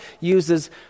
uses